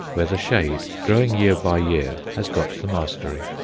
where the shade, growing year by year, has got the mastery.